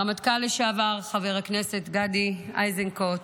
הרמטכ"ל לשעבר חבר הכנסת גדי איזנקוט,